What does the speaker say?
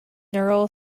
neural